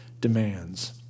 demands